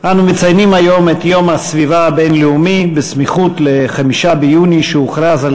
מס' 407, 471, 525, 527, 547 ו-548.